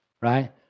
Right